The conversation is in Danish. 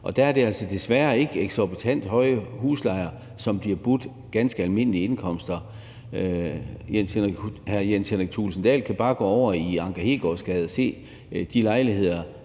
Der er det altså desværre også eksorbitant høje huslejer, som bliver budt mennesker med ganske almindelige indkomster. Hr. Jens Henrik Thulesen Dahl kan bare gå over i Anker Heegaards Gade og se, hvad de lejligheder,